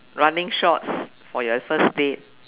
running shorts for your first date